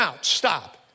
stop